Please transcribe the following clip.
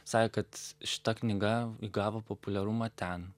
sakė kad šita knyga įgavo populiarumą ten